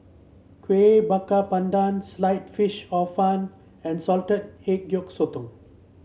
Kueh Bakar Pandan Sliced Fish Hor Fun and Salted Egg Yolk Sotong